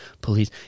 police